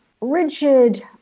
rigid